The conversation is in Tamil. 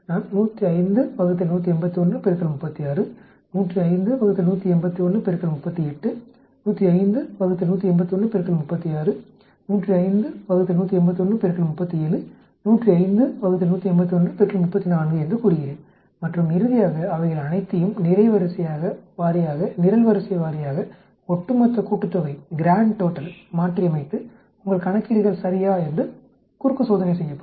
நான் 105 ÷ 181 36 105 ÷ 181 38 105 ÷ 181 36 105 ÷ 181 37 105 ÷ 181 34 என்று கூறுகிறேன் மற்றும் இறுதியாக அவைகள் அனைத்தையும் நிரைவரிசை வாரியாக நிரல்வரிசை வாரியாக ஒட்டுமொத்த கூட்டுத்தொகையை மாற்றியமைத்து உங்கள் கணக்கீடுகள் சரியா என்று குறுக்கு சோதனை செய்யப்படும்